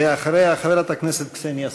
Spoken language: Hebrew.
ואחריה, חברת הכנסת קסניה סבטלובה.